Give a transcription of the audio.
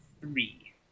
three